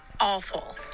awful